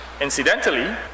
Incidentally